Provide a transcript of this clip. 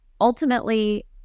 ultimately